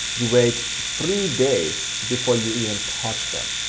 you wait three days before you even touch them,